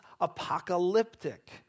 apocalyptic